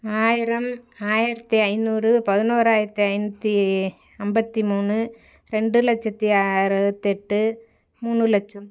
ஆயிரம் ஆயிரத்து ஐநூறு பதினொராயிரத்து ஐநூற்றி ஐம்பத்தி மூணு ரெண்டு லட்சத்தி அறுபத்தி எட்டு மூணு லட்சம்